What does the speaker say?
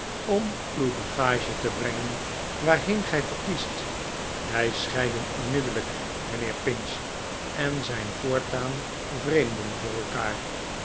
om uw bagage te brengen waarheen gij verkest wij scheiden onmiddellijk mijnheer pinch en zijn voortaan yreemden voor elkaar